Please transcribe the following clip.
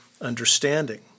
understanding